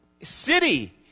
city